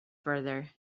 further